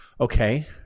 Okay